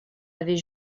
avait